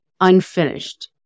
unfinished